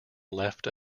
left